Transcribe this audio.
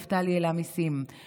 נפתלי העלה מיסים,